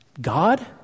God